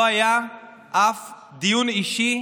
לא היה אף דיון אישי,